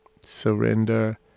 Surrender